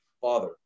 father